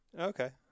Okay